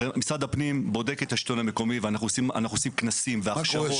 הרי משרד הפנים בודק את השלטון המקומי ואנחנו עושים כנסים והכשרות